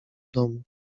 domu